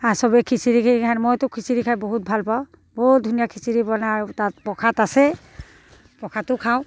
হাঁ চবেই খিচিৰিকে খায় মইতো খিচিৰি খাই বহুত ভাল পাওঁ বহুত ধুনীয়া খিচিৰি বনায় তাত প্ৰসাদ আছে প্ৰসাদো খাওঁ